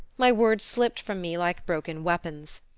my words slipped from me like broken weapons.